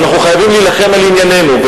ואנחנו חייבים להילחם על עניינו.